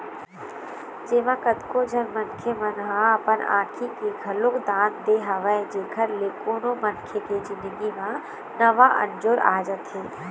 जेमा कतको झन मनखे मन ह अपन आँखी के घलोक दान दे हवय जेखर ले कोनो मनखे के जिनगी म नवा अंजोर आ जाथे